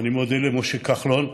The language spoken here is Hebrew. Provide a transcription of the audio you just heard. ואני מודה למשה כחלון,